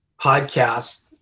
podcast